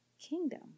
kingdom